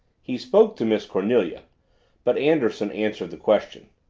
he spoke to miss cornelia but anderson answered the question.